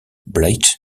blythe